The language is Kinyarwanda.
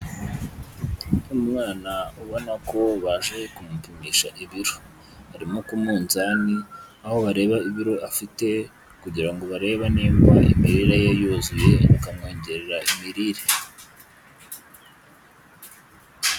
Umwana ubona ko baje kumupimisha ibiro, ari no kumunzani aho bareba ibiro afite kugira ngo barebe niba imirire ye yuzuye bakamwongerera imirire.